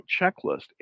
checklist